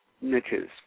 niches